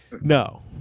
No